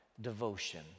devotion